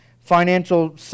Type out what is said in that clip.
financial